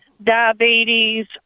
Diabetes